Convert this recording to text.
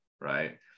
right